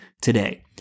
today